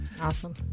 Awesome